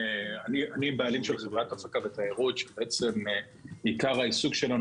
של חברת הפקה ותיירות שבעצם עיקר העיסוק שלנו